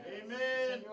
amen